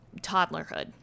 toddlerhood